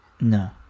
No